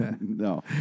No